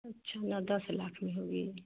अच्छा न दस लाख में होगी